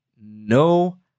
no